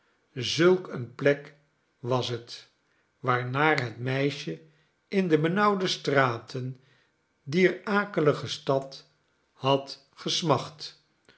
zulk een plek was het waarnaar het meisje in de benauwde straten dier akelige stad had gesmacht